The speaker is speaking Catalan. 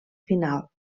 final